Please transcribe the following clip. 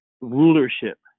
rulership